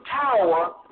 tower